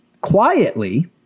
quietly